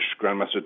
Grandmaster